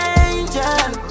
angel